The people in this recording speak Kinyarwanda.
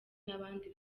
n’abandi